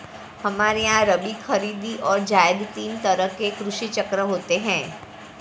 हमारे यहां रबी, खरीद और जायद तीन तरह के कृषि चक्र होते हैं